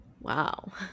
Wow